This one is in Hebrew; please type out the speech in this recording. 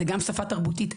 זה גם שפה תרבותית.